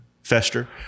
fester